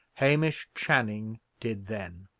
hamish channing did then.